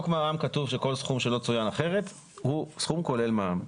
בחוק מע"מ כתוב שכל סכום שלא צוין אחרת הוא סכום כולל מע"מ.